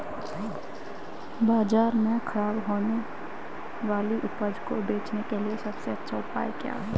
बाजार में खराब होने वाली उपज को बेचने के लिए सबसे अच्छा उपाय क्या है?